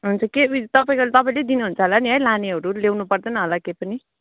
हुन्छ के उयो तपाईँको तपाईँले दिनुहुन्छ होला नि है लानेहरू ल्याउनु पर्दैन होला के पनि